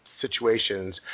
situations